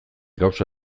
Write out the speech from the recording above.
gauza